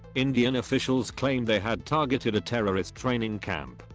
indian officials claim they had targeted a terrorist training camp,